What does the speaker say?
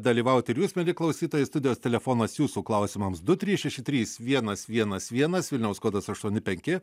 dalyvauti ir jūs mieli klausytojai studijos telefonas jūsų klausimams du trys šeši trys vienas vienas vienas vilniaus kodas aštuoni penki